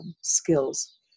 Skills